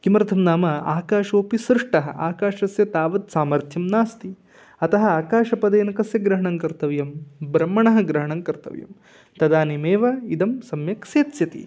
किमर्थं नाम आकाशोपि सृष्टः आकाशस्य तावत् सामर्थ्यं नास्ति अतः आकाशपदेन कस्य ग्रहणं कर्तव्यं ब्रह्मणः ग्रहणं कर्तव्यं तदानीमेव इदं सम्यक् सेत्स्यति